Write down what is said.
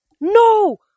No